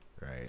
right